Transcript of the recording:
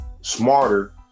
smarter